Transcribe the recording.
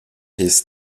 his